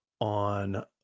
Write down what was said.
on